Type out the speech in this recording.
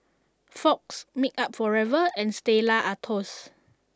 Fox Makeup Forever and Stella Artois